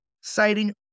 citing